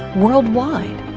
worldwide.